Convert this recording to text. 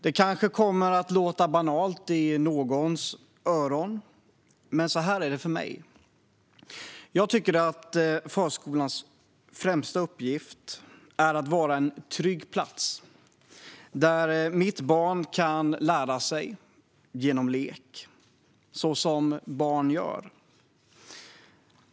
Det kanske kommer att låta banalt i någons öron, men så här är det för mig: Jag tycker att förskolans främsta uppgift är att vara en trygg plats där mitt barn kan lära sig genom lek så som barn gör.